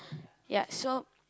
ya so